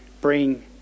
bring